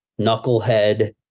knucklehead